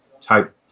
type